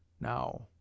Now